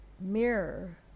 mirror